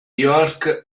york